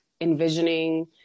envisioning